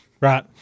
Right